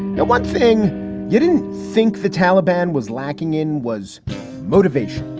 and one thing you didn't think the taliban was lacking in was motivation,